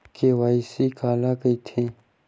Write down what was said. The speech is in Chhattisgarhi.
के.वाई.सी काला कइथे?